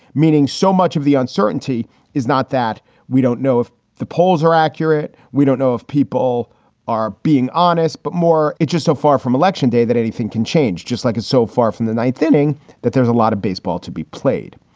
meaning so much of the uncertainty is not that we don't know if the polls are accurate. we don't know if people are being honest, but more it just so far from election day that anything can change, just like it's so far from the ninth inning that there's a lot of baseball to be played.